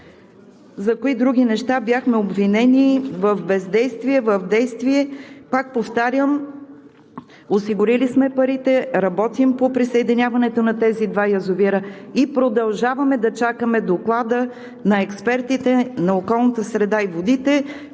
за кои други неща бяхме обвинени в бездействие, в действие? Пак повтарям, осигурили сме парите, работим по присъединяването на тези два язовира и продължаваме да чакаме доклада на експертите на Околната среда и водите,